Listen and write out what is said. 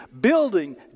building